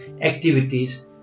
activities